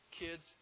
kids